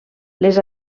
les